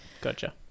Gotcha